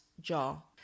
jar